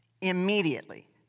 Immediately